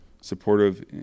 supportive